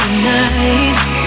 Tonight